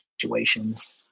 situations